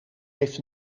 heeft